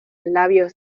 labios